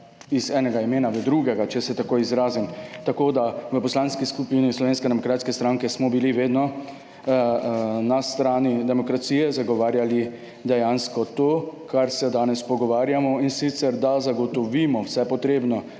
iz enega imena v drugega, če se tako izrazim. Tako da v Poslanski skupini Slovenske demokratske stranke smo bili vedno na strani demokracije. Zagovarjali dejansko to, kar se danes pogovarjamo. In sicer, da zagotovimo vse potrebno,